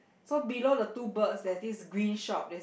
so below the two birds there's this green shop that